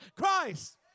Christ